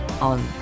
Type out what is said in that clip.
on